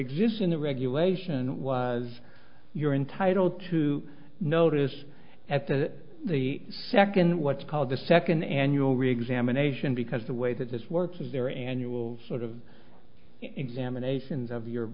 exists in the regulation was you're entitled to notice at that the second what's called the second annual reexamination because the way that it works is their annual sort of examinations of your